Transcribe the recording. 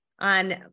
On